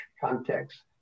context